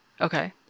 Okay